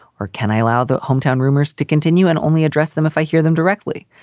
or can i allow the hometown rumors to continue and only address them if i hear them directly?